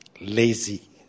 lazy